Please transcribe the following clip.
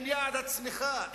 יעד הצמיחה,